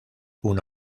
una